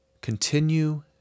continue